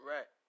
Right